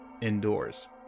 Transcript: indoors